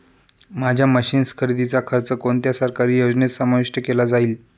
माझ्या मशीन्स खरेदीचा खर्च कोणत्या सरकारी योजनेत समाविष्ट केला जाईल?